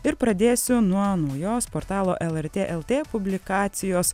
ir pradėsiu nuo naujos portalo lrt lt publikacijos